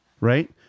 right